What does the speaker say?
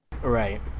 right